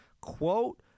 quote